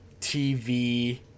TV